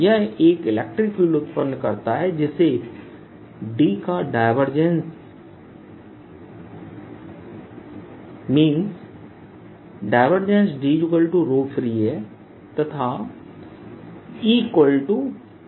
यह एक electric field उत्पन्न करता है जिससे D का डायवर्जेंस ∇ D Free है तथा E ∇ V है